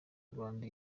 rwanda